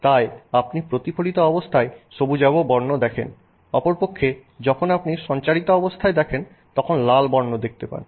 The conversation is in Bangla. তাই আপনি প্রতিফলিত অবস্থায় সবুজাভ বর্ণ দেখেন অপরপক্ষে যখন আপনি সঞ্চারিত অবস্থায় দেখেন তখন লাল বর্ণ দেখতে পান